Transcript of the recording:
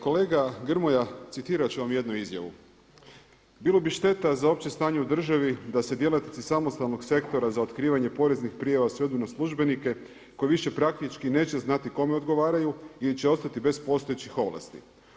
Kolega Grmoja, citirati ću vam jednu izjavu, „Bilo bi šteta za opće stanje u državi da se djelatnici samostalnog sektora za otkrivanje poreznih prijava svedu na službenike koji više praktički neće znati kome odgovaraju ili će ostati bez postojećih ovlasti.